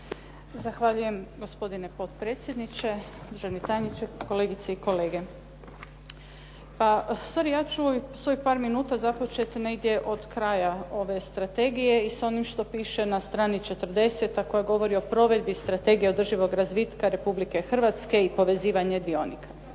Zahvaljujem. Gospodine potpredsjedniče, državni tajniče, kolegice i kolege. Ja ću svojih par minuta započeti negdje od kraja ove strategije i sa onim što piše na strani 40 a koja govori o provedbi Strategije održivog razvitka Republike Hrvatske i povezivanje Dionika.